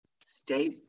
Stay